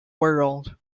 world